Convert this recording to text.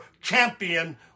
champion